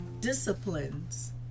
disciplines